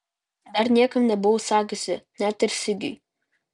dar niekam nebuvau sakiusi net ir sigiui